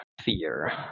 fear